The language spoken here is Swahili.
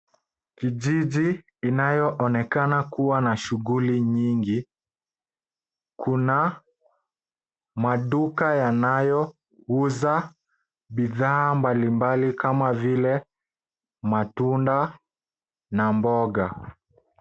Kijiji kinachoonekana kuwa na shughuli nyingi. Kuna maduka yanayouza bidhaa mbalimbali kama vile matunda na mboga.